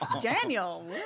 Daniel